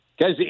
guys